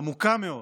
עמוקה מאוד